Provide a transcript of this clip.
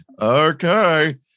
okay